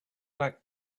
back